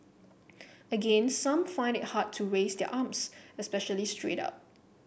again some find it hard to raise their arms especially straight up